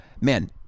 man